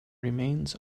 remains